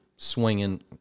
swinging